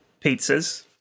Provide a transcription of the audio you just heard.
pizzas